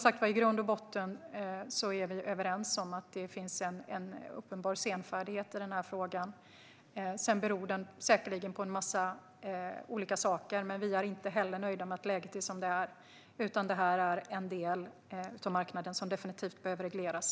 I grund och botten är vi överens om att det finns en uppenbar senfärdighet i denna fråga. Den beror säkerligen på en massa olika saker. Men vi är inte heller nöjda med att läget är som det är, utan detta är en del av marknaden som definitivt behöver regleras.